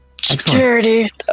Charity